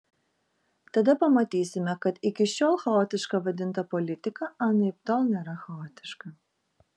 tada pamatysime kad iki šiol chaotiška vadinta politika anaiptol nėra chaotiška